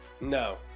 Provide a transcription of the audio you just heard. no